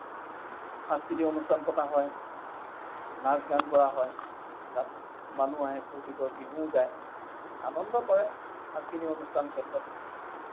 সাংস্কৃতিক অনুষ্ঠান পতা হয় নাচ গান কৰা হয় তাত মানুহ আহে ফূৰ্ত্তি কৰে বিহু গায় আনন্দ কৰে সাংস্কৃতিক অনুষ্ঠান ক্ষেত্ৰত